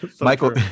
Michael